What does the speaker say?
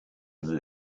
that